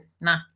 nah